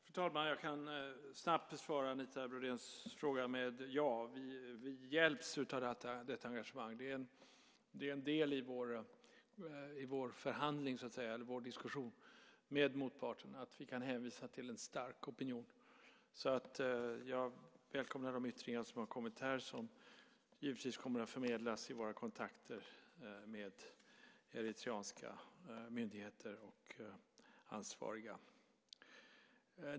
Fru talman! Jag kan snabbt besvara Anita Brodéns fråga med ja. Vi hjälps av detta engagemang. Det är en del i vår diskussion med motparten att vi kan hänvisa till en stark opinion. Jag välkomnar de yttringar som har kommit här. De kommer givetvis att förmedlas i våra kontakter med eritreanska myndigheter och ansvariga.